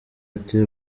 ati